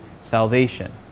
salvation